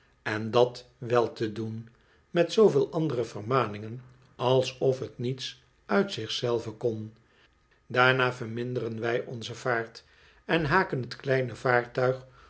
en dat wel te doen met zooveel andere vermaningen alsof het niets uit zich zelve kon daarna verminderen wij onze vaart en haken het kleine vaartuig